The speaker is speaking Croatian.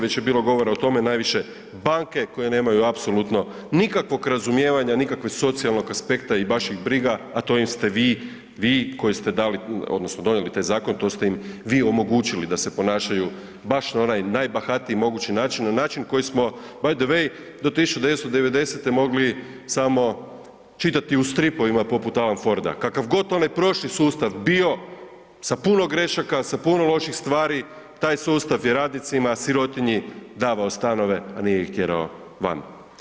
Već je bilo govora o tome, najviše banke koje nemaju apsolutno nikakvog razumijevanja, nikakvog socijalnog aspekta i baš ih briga, a to im ste vi, vi koji ste dali odnosno donijeli taj zakon, to ste im vi omogućili da se ponašaju baš na onaj najbahatiji mogući način, na način koji smo btw. do 1990. mogli samo čitati u stripovima poput „Alan Forda“, kakav god onaj prošli sustav bio sa puno grešaka, sa puno loših stvari, taj sustav je radnicima sirotinji davao stanove, a nije ih tjerao van.